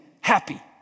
happy